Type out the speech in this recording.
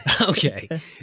okay